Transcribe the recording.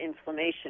inflammation